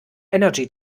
energy